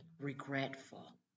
regretful